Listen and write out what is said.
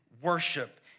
worship